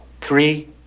Three